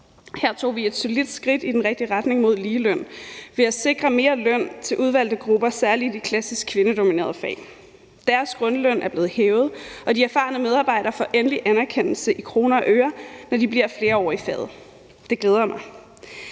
Her tog vi et solidt skridt i den rigtige retning mod ligeløn ved at sikre mere løn til udvalgte grupper, særlig de klassisk kvindedominerede fag. Deres grundløn er blevet hævet, og de erfarne medarbejdere får endelig anerkendelse i kroner og øre, når de bliver flere år i faget. Det glæder mig.